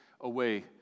away